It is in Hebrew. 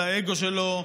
על האגו שלו,